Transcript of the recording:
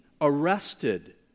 arrested